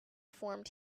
formed